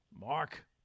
Mark